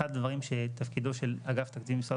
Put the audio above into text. אחד הדברים שתפקידו של אגף תקציבים במשרד